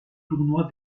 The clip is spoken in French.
tournois